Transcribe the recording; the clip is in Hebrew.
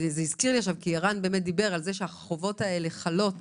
זה הזכיר לי כי ערן דיבר על כך שהחובות האלה חלות